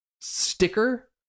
sticker